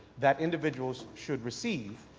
that individuals should receive,